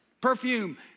Perfume